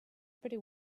pretty